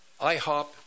IHOP